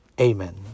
Amen